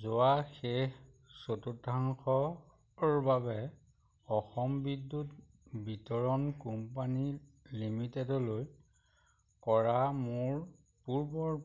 যোৱা শেষ চতুৰ্থাংশৰ বাবে অসম বিদ্যুৎ বিতৰণ কোম্পানী লিমিটেডলৈ কৰা মোৰ পূৰ্বৰ